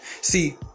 See